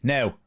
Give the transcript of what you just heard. Now